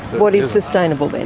what is sustainable, but